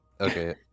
Okay